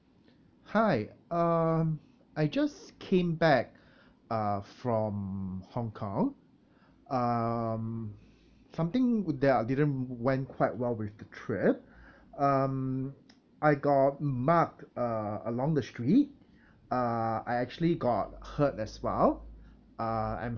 hi um I just came back uh from hong kong um something there are didn't went quite well with the trip um I got mugged uh along the street uh I actually got hurt as well uh I'm